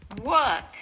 Work